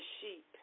sheep